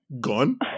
gone